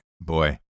Boy